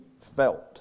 felt